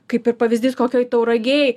kaip ir pavyzdys kokioj tauragėj